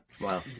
Wow